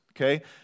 Okay